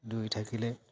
দৌৰি থাকিলে